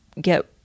get